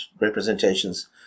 representations